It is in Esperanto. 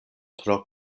tro